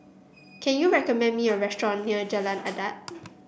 can you recommend me a restaurant near Jalan Adat